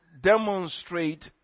demonstrate